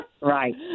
Right